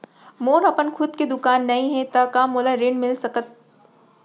मोर अपन खुद के दुकान नई हे त का मोला ऋण मिलिस सकत?